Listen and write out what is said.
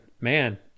man